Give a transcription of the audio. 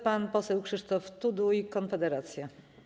Pan poseł Krzysztof Tuduj, Konfederacja.